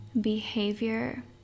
behavior